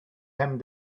hem